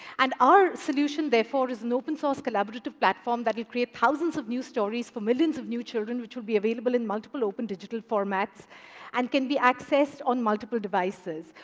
and our solution, therefore, is an open source, collaborative platform that will create thousands of new stories, for millions of new children, which will be available in multiple open digital formats and can be accessed on multiple devices.